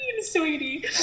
Sweetie